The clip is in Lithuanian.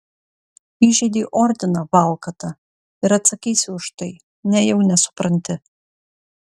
įžeidei ordiną valkata ir atsakysi už tai nejau nesupranti